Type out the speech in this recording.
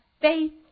faith